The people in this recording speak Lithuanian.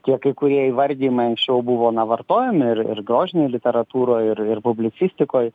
tie kai kurie įvardijimai anksčiau buvo na vartojami ir ir grožinėj literatūroj ir ir publicistikoj